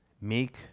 meek